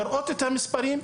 לראות את הדברים,